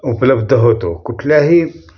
उपलब्ध होतो कुठल्याही